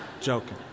joking